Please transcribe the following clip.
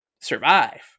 survive